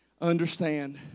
understand